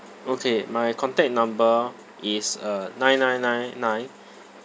okay my contact number is uh nine nine nine nine